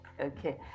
okay